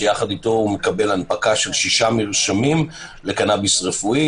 שיחד איתו הוא מקבל הנפקה של שישה מרשמים לקנביס רפואי,